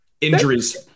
injuries